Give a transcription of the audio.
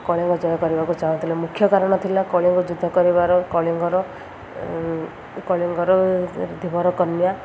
କଳିଙ୍ଗ ଜୟ କରିବାକୁ ଚାହୁଁଥିଲେ ମୁଖ୍ୟ କାରଣ ଥିଲା କଳିଙ୍ଗ କରିବାର କଳିଙ୍ଗର କଳିଙ୍ଗର ଧିବର କନ୍ୟା